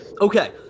Okay